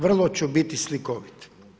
Vrlo ću biti slikovit.